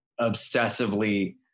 obsessively